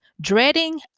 Dreading